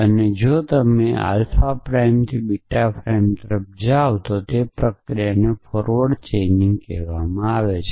અને જો તમે આલ્ફા પ્રાઇમથી બીટા પ્રાઇમ તરફ જાઓ છો તો પ્રક્રિયાને ફોરવર્ડ ચેઇનિંગ કહેવામાં આવે છે